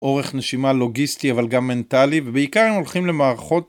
אורך נשימה לוגיסטי אבל גם מנטלי ובעיקר הם הולכים למערכות.